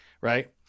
right